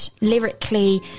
lyrically